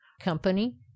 company